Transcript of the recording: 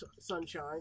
Sunshine